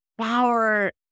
power